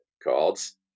cards